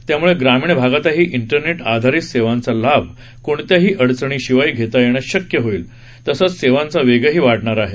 याम्ळे ग्रामीण भागातही इंटरनेट आधारित सेवांचा लाभ कोणत्याही अडचणी शिवाय घेता येणं शक्य होईल तसंच सेवांचा वेगही वाढणार आहे